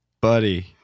Buddy